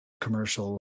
commercial